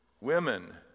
Women